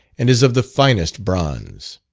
and is of the finest bronze.